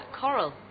coral